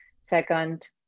second